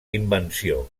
invenció